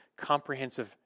comprehensive